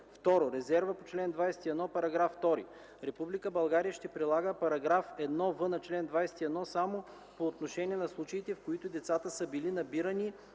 2. Резерва по чл. 21, параграф 2: „Република България ще прилага параграф 1в на чл. 21 само по отношение на случаите, в които децата са били набирани